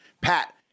Pat